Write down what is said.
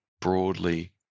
broadly